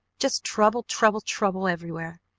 just trouble, trouble, trouble, everywhere!